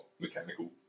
mechanical